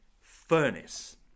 furnace